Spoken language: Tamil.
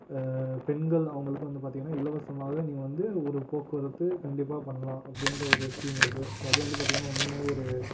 பெண்கள் அவங்களுக்கு வந்து பார்த்திங்கன்னா இலவசமாக நீங்கள் வந்து ஒரு போக்குவரத்து கண்டிப்பாக பண்ணலாம் அப்படின்ற ஒரு ஸ்கீம் இருக்குது ஸோ அது வந்து பார்த்திங்கன்னா உண்மையாகவே ஒரு